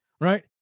right